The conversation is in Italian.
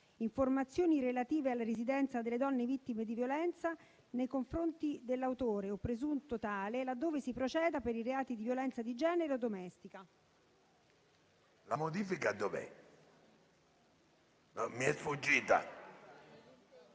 informazioni relative alla residenza delle donne vittime di violenza, nei confronti dell'autore o presunto tale, laddove si proceda per reati di violenza di genere o domestica. \_\_\_\_\_\_\_\_\_\_\_\_\_\_\_\_